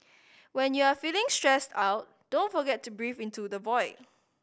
when you are feeling stressed out don't forget to breathe into the void